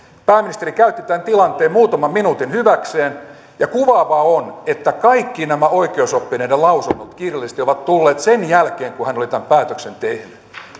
pääministeri käytti tämän tilanteen muutaman minuutin hyväkseen ja kuvaavaa on että kaikki nämä oikeusoppineiden lausunnot kirjallisesti ovat tulleet sen jälkeen kun hän oli tämän päätöksen